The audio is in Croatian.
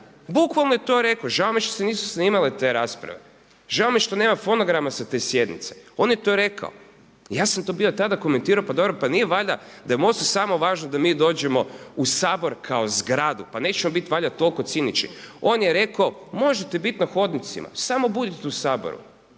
Bukvalno je to rekao. Žao mi je što se nisu snimale te rasprave. Žao mi je što nema fonograma sa te sjednice, on je to rekao. Ja sam to bio tada komentirao pa dobro pa nije valjda da je MOST-u samo važno da mi dođemo u Sabor kao zgradu. Pa nećemo biti valjda toliko cinični? On je rekao možete biti na hodnicima, samo budite u Saboru.